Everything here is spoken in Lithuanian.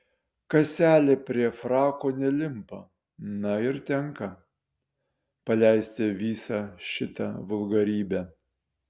kaselė prie frako nelimpa na ir tenka paleisti visą šitą vulgarybę